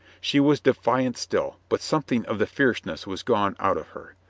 she was defiant still, but something of the fierceness was gone out of her.